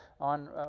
on